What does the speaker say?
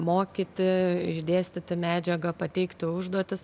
mokyti išdėstyti medžiagą pateikti užduotis